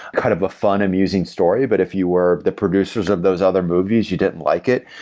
kind of a fun amusing story. but if you were the producers of those other movies, you didn't like it.